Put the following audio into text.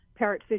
parrotfish